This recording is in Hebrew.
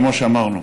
כמו שאמרנו.